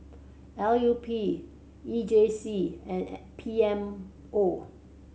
L U P E J C and P M O